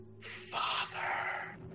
Father